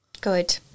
good